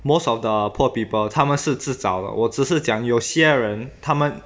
most of the poor people 他们是自找的我只是讲有些人他们